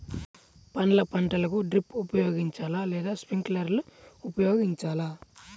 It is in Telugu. పండ్ల పంటలకు డ్రిప్ ఉపయోగించాలా లేదా స్ప్రింక్లర్ ఉపయోగించాలా?